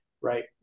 right